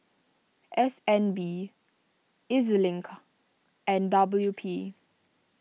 S N B E Z Link and W P